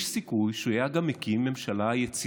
יש סיכוי שהוא היה מקים ממשלה יציבה,